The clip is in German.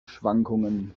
schwankungen